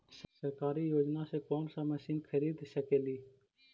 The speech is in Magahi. सरकारी योजना से कोन सा मशीन खरीद सकेली?